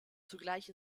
zugleich